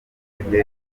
hallday